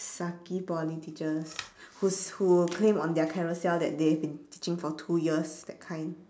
sucky poly teachers whose who claim on their carousell that they have been teaching for two years that kind